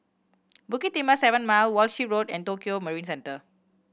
Bukit Timah Seven Mile Walshe Road and Tokio Marine Centre